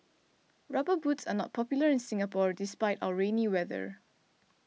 rubber boots are not popular in Singapore despite our rainy weather